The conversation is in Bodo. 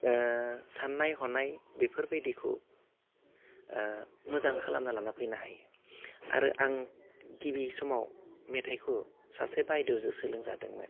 ओह साननाय हनाय बेफोरबायदिखौ ओह मोजां खालामना लाना फैनो हायो आरो आं गिबि समाव मेथाइखौ सासे बायद'जो सोलोंजादोंमोन